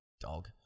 dog